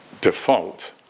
default